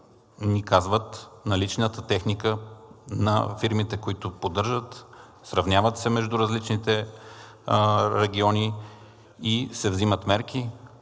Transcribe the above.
ни казват за наличната техника на фирмите, които поддържат, сравняват се между различните региони и се взимат мерки,